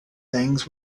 things